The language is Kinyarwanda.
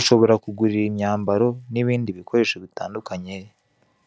Ushobora kugura imyambaro n'ibindi bikoresho bitandukanye